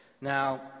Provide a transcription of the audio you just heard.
Now